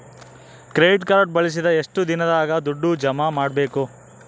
Credit card ಬಳಸಿದ ಎಷ್ಟು ದಿನದಾಗ ದುಡ್ಡು ಜಮಾ ಮಾಡ್ಬೇಕು?